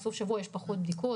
ובסוף שבוע יש פחות בדיקות.